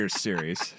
series